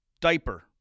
diaper